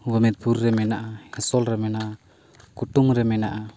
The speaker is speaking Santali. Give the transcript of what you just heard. ᱜᱳᱢᱤᱫᱯᱩᱨ ᱨᱮ ᱢᱮᱱᱟᱜᱼᱟ ᱦᱮᱸᱥᱚᱞᱨᱮ ᱢᱮᱱᱟᱜᱼᱟ ᱠᱩᱴᱩᱝᱨᱮ ᱢᱮᱱᱟᱜᱼᱟ